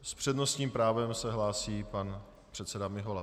S přednostním právem se hlásí pan předseda Mihola.